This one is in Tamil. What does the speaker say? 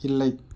இல்லை